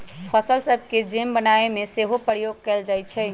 फल सभके जैम बनाबे में सेहो प्रयोग कएल जाइ छइ